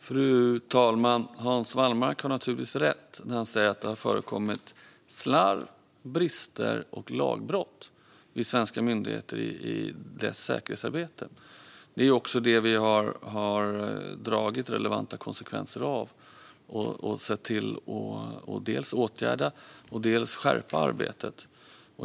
Fru talman! Hans Wallmark har naturligtvis rätt när han säger att det har förekommit slarv, brister och lagbrott vid svenska myndigheter i deras säkerhetsarbete. Det är också det vi har dragit relevanta slutsatser av, och vi har sett till att dels åtgärda bristerna, dels skärpa arbetet.